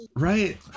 Right